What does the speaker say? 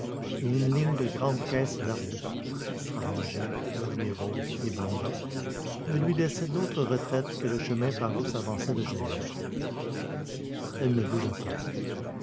une ligne de grandes caisses d'arbustes orangers lauriers-roses et bambous ne lui laissait d'autre retraite que le chemin par où s'avançait le jeune homme elle ne bougea pas